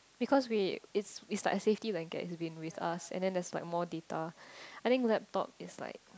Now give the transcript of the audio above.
because we it's it's like a safety blanket it's been with us and there's like more data I think laptop is like